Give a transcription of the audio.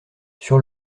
sur